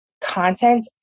content